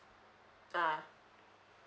ah